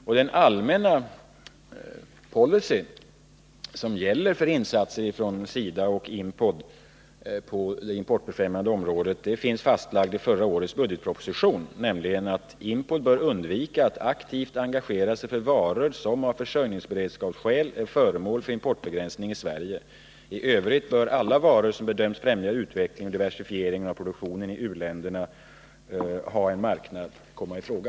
Den allmänna policy som gäller för insatser från SIDA och Impod på det importbefrämjande området finns fastslagen i förra årets budgetproposition, nämligen att Impod bör undvika att aktivt engagera sig för varor som av försörjningsberedskapsskäl är föremål för importbegränsningar i Sverige. I övrigt bör alla varor som bedöms främja utvecklingen och diversifieringen av produktionen i u-länderna och ha en marknad komma i fråga.